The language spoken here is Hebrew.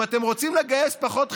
אם אתם רוצים לגייס פחות חילונים,